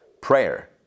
prayer